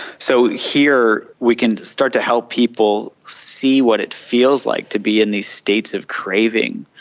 so here we can start to help people see what it feels like to be in these states of craving,